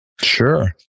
Sure